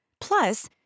Plus